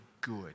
good